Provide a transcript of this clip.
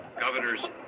Governors